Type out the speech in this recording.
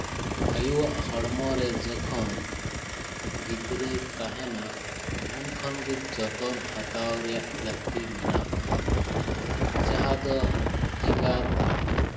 ᱟᱭᱳᱣᱟᱜ ᱦᱚᱲᱢᱚ ᱨᱮ ᱡᱚᱠᱷᱚᱱ ᱜᱤᱫᱽᱨᱟᱹᱭ ᱛᱟᱦᱮᱱᱟ ᱩᱱ ᱠᱷᱚᱱ ᱜᱮ ᱡᱚᱛᱚᱱ ᱦᱟᱛᱟᱲ ᱨᱮᱭᱟᱜ ᱞᱟᱹᱠᱛᱤ ᱢᱮᱱᱟᱜᱼᱟ ᱡᱟᱦᱟᱸ ᱫᱚ ᱮᱸᱜᱟᱛ